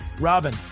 Robin